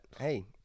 hey